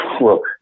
look